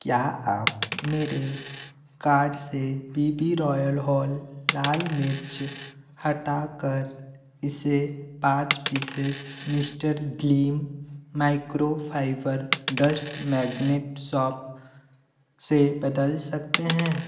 क्या आप मेरे कार्ड से बी बी रॉयल होल लाल मिर्च हटाकर इसे पाँच pieces Mister Gleam microfibre dust magnet soap से बदल सकते हैं